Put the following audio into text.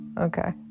Okay